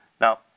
Now